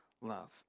love